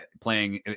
playing